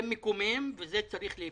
זה מקומם וצריך להיפסק.